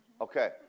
Okay